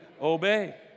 obey